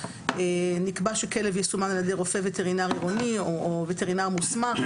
נקבע שכלב יסומן על ידי רופא וטרינר עירוני או וטרינר מוסמך,